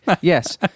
Yes